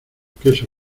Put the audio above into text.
queso